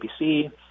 ABC